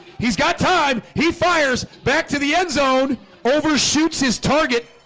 he's got time. he fires back to the end zone overshoots his target